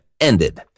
ended